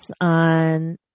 on